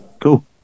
Cool